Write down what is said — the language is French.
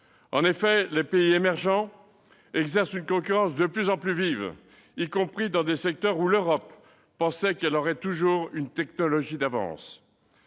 En effet, les pays émergents exercent une concurrence de plus en plus vive, y compris dans des secteurs où l'Europe pensait qu'elle aurait toujours une technologie d'avance.